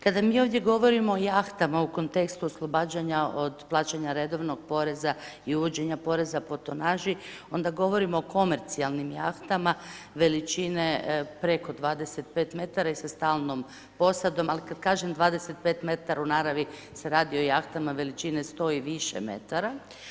Kada mi ovdje govorimo o jahtama u kontekstu oslobađanja od plaćanja redovnog poreza i uvođenja poreza po tonaži, onda govorimo o komercijalnim jahtama veličine preko 25 metara i sa stalnom posadom, ali kad kažem 25 metara u naravi se radi o jahtama veličine 100 i više metara.